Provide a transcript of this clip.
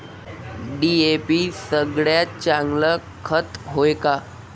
DAP सगळ्यात चांगलं खत हाये का?